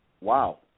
wow